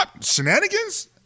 Shenanigans